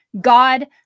God